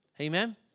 Amen